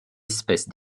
espèce